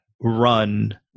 run